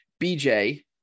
BJ